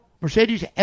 Mercedes